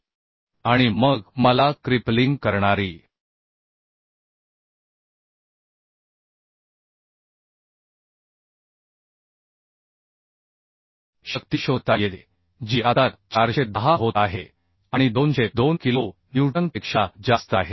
5 आणि मग मला क्रिपलिंग करणारी शक्ती शोधता येते जी आता 410 होत आहे आणि 202 किलो न्यूटनपेक्षा जास्त आहे